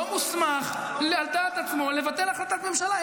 לא מוסמך לבטל החלטת ממשלה על דעת עצמו,